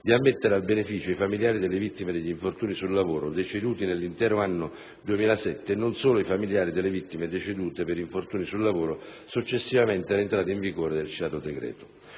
di ammettere al beneficio i familiari delle vittime degli infortuni sul lavoro deceduti nell'intero anno 2007 e non solo i familiari di vittime decedute per infortuni sul lavoro successivamente alla entrata in vigore del citato decreto.